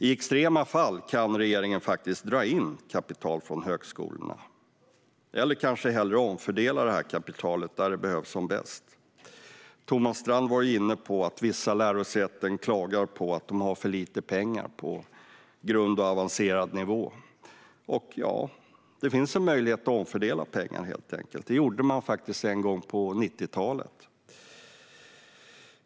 I extrema fall kan regeringen faktiskt dra in kapital från högskolorna eller kanske hellre omfördela det dit där det behövs som bäst. Thomas Strand var inne på att vissa lärosäten klagar på att de har för lite pengar på grundnivå och avancerad nivå. Tja, det finns en möjlighet att helt enkelt omfördela pengarna. Det gjorde man faktiskt en gång på 90-talet.